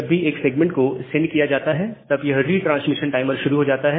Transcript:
जब भी एक सेगमेंट को सेंड किया जाता है तब यह रिट्रांसमिशन टाइमर शुरू हो जाता है